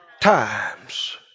Times